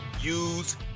use